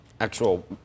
actual